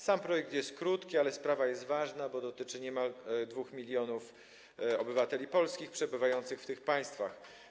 Sam projekt jest krótki, ale sprawa jest ważna, bo dotyczy niemal 2 mln obywateli polskich przebywających w tych państwach.